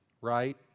right